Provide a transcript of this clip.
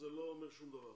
זה לא אומר שום דבר.